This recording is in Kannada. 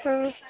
ಹ್ಞೂಂ